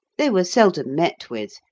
they were seldom met with,